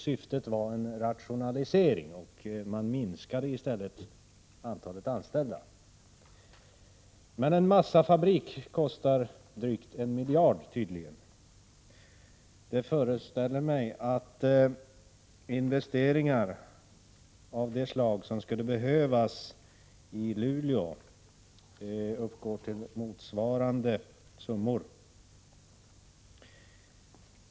Syftet var en rationalisering, och man minskade i stället antalet anställda. Men en massafabrik kostar tydligen drygt 1 miljard kronor. Jag föreställer mig att investeringar av det slag som skulle behövas i Luleå uppgår till motsvarande belopp.